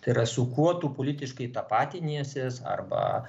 tai yra su kuo tu politiškai tapatiniesies arba